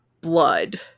blood